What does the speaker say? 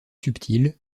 subtile